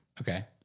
Okay